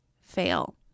fail